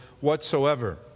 whatsoever